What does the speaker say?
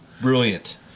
Brilliant